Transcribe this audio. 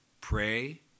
Pray